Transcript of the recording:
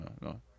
no